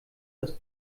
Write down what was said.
das